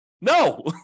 No